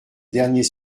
dernier